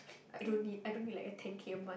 I don't need I don't need like a ten K a month